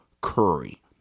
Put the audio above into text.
Curry